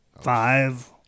five